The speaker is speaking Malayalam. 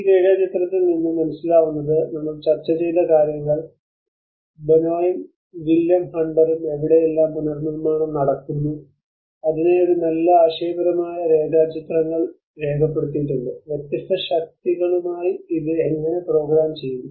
ഈ രേഖ ചിത്രത്തിൽ നിന്നും മനസ്സിലാവുന്നത് നമ്മൾ ചർച്ച ചെയ്ത കാര്യങ്ങൾ ബൊനോയും വില്യം ഹണ്ടറും എവിടെയെല്ലാം പുനർനിർമ്മാണം നടക്കുന്നു അതിനെ ഒരു നല്ല ആശയപരമായ രേഖാചിത്രത്തിൽ രൂപപ്പെടുത്തിയിട്ടുണ്ട് വ്യത്യസ്ത ശക്തികളുമായി ഇത് എങ്ങനെ പ്രോഗ്രാം ചെയ്യുന്നു